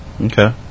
Okay